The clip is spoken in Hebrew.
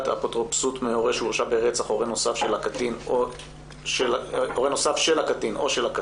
אפוטרופסות מהורה שהורשע ברצח הורה נוסף של הקטין או של הקטין),